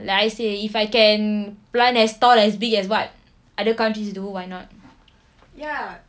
like I say if I can plant as tall as big as what other countries do why not